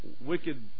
wicked